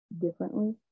differently